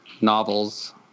Novels